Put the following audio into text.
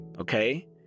okay